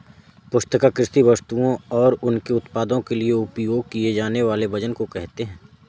पुस्तिका कृषि वस्तुओं और उनके उत्पादों के लिए उपयोग किए जानेवाले वजन को कहेते है